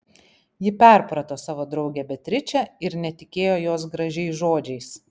ji perprato savo draugę beatričę ir netikėjo jos gražiais žodžiais